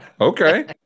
okay